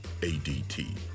ADT